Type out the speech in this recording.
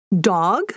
Dog